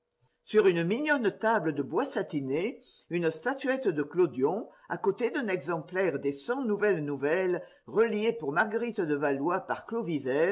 sur une mignonne table de bois satiné une statuette de clodion à côté d'un exemplaire des cent nouvelles nouvelles relié pour marguerite de valois